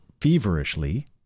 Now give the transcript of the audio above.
feverishly